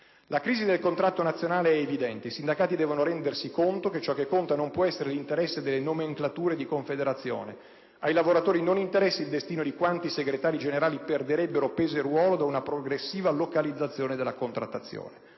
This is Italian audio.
La crisi del contratto nazionale è evidente. I sindacati devono capire che ciò che conta non può essere l'interesse delle nomenklature di confederazione. Ai lavoratori non interessa il destino di quanti segretari generali perderebbero peso e ruolo da una progressiva localizzazione della contrattazione.